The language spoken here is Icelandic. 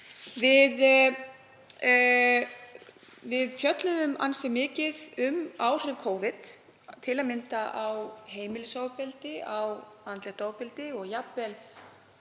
Við fjölluðum ansi mikið um áhrif Covid, til að mynda á heimilisofbeldi, á andlegt ofbeldi og jafnvel